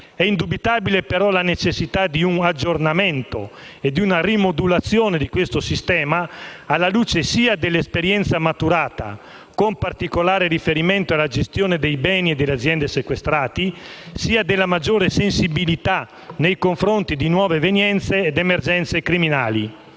È indubitabile però la necessità di un aggiornamento e di una rimodulazione di questo sistema, alla luce sia dell'esperienza maturata, con particolare riferimento alla gestione dei beni e delle aziende sequestrati, sia della maggiore sensibilità nei confronti di nuove evenienze ed emergenze criminali.